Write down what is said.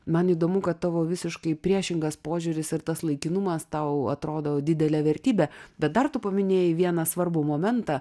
man įdomu kad tavo visiškai priešingas požiūris ir tas laikinumas tau atrodo didelė vertybė bet dar tu paminėjai vieną svarbų momentą